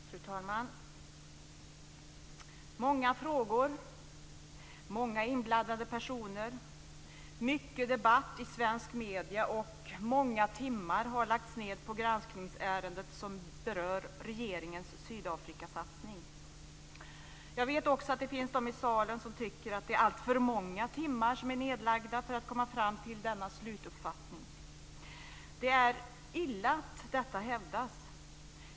Fru talman! Det har varit många frågor, många inblandade personer och mycket debatt i svenska medier. Det är också många timmar som har lagts ned på granskningsärendet som berör regeringens Sydafrikasatsning. Jag vet också att det finns de i salen som tycker att det är alltför många timmar som är nedlagda för att komma fram till denna slutuppfattning. Det är illa att detta hävdas.